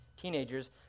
teenagers